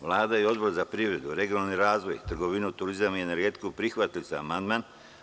Vlada i Odbor za privredu, regionalni razvoj, trgovinu, turizam i energetiku, prihvatili su amandman.